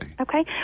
Okay